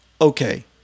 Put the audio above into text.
okay